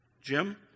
Jim